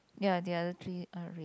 ya the other three are red